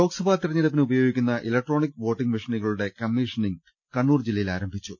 ലോക്സഭാ തെരഞ്ഞെടുപ്പിന് ഉപയോഗിക്കുന്ന electronic voting മെഷീനുകളുടെ കമ്മീഷനിംഗ് കണ്ണൂർ ജില്ല യിൽ ആരംഭിച്ചു